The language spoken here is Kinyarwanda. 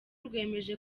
rwemeje